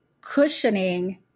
cushioning